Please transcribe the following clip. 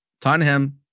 Tottenham